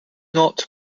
not